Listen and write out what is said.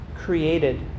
created